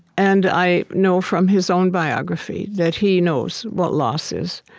and i know from his own biography that he knows what loss is,